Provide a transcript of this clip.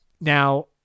Now